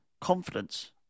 confidence